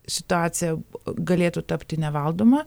situacija galėtų tapti nevaldoma